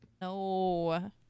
No